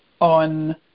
on